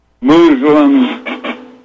Muslims